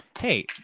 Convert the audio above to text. Hey